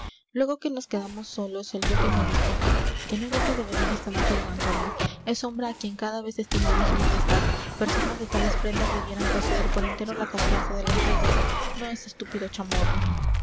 luego que nos quedamos solos el duque me dijo que no deje de venir esta noche d antonio es hombre a quien cada vez estima más su majestad personas de tales prendas debieran poseer por entero la confianza de los reyes no ese estúpido chamorro